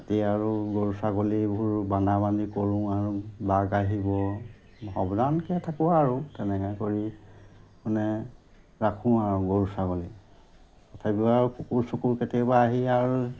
ৰাতি আৰু গৰু ছাগলীবোৰ বান্ধা বান্ধি কৰোঁ আৰু বাঘ আহিব সাৱধানকৈ থাকোঁ আৰু তেনেকৈ কৰি মানে ৰাখোঁ আৰু গৰু ছাগলী তথাপিও আৰু কুকুৰ চুকুৰ কেতিয়াবা আহি আৰু